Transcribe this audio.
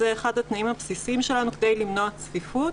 זה אחד התנאים הבסיסיים שלנו כדי למנוע צפיפות,